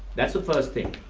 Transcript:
that's the first thing.